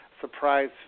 surprise